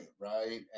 right